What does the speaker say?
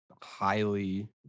highly